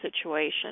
situation